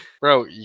Bro